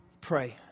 pray